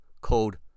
called